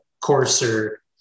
coarser